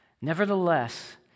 Nevertheless